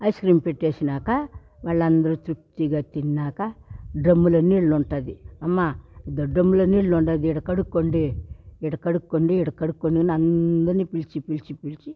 ice cream పెట్టేసినాక వాళ్ళందరు తృప్తిగా తిన్నాక డ్రమ్ములో నీళ్ళుంటాది అమ్మ అదో డ్రమ్ములో నీళ్లు ఉండాది ఈడ కడుక్కోండి ఈడ కడుక్కుని నేనందరిని పిలిచి పిలిచి పిలిచి